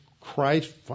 Christ